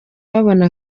babona